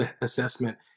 assessment